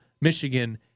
Michigan